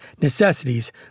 necessities